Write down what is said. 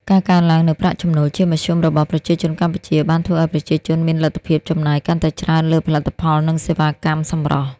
ការកើនឡើងនូវប្រាក់ចំណូលជាមធ្យមរបស់ប្រជាជនកម្ពុជា បានធ្វើឱ្យប្រជាជនមានលទ្ធភាពចំណាយកាន់តែច្រើនលើផលិតផល និងសេវាកម្មសម្រស់។